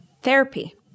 therapy